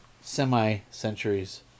semi-centuries